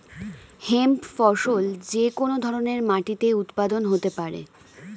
hemp ফসল যে কোন ধরনের মাটিতে উৎপাদন হতে পারে